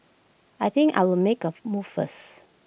I think I'll make A move first